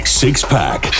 six-pack